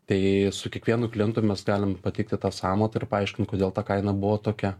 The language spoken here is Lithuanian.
tai su kiekvienu klientu mes galim pateikti tą sąmatą ir paaiškint kodėl ta kaina buvo tokia